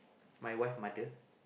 my wife mother